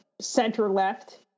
center-left